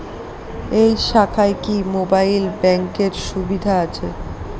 এই শাখায় কি মোবাইল ব্যাঙ্কের সুবিধা আছে?